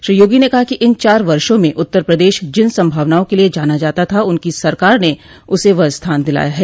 श्री यागी ने कहा इन चार वर्षो में उत्तर प्रदेश जिन संभावनाओं के लिए जाना जाता था उनकी सरकार ने उसे वह स्थान दिलाया है